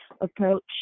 approach